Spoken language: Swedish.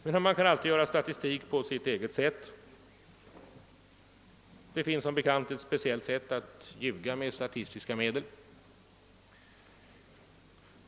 Ja, man kan alltid göra statistik på sitt eget sätt, och det går som bekant också att ljuga med statistiska medel.